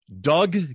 Doug